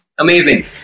Amazing